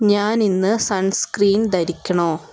ഞാൻ ഇന്ന് സൺസ്ക്രീൻ ധരിക്കണോ